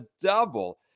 double